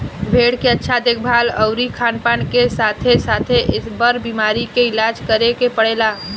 भेड़ के अच्छा देखभाल अउरी खानपान के साथे साथे, बर बीमारी के इलाज करे के पड़ेला